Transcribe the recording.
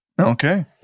Okay